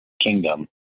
kingdom